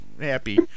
happy